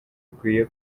ikwiye